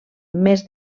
més